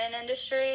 industry